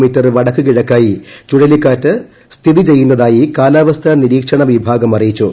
metre വടക്കുകിഴക്കായി ചുഴലിക്കാറ്റ് സ്ഥിതി ചെയ്യുന്നതായി കാലാവസ്ഥാ നിരീക്ഷണ വിഭാഗം അറിയിച്ചു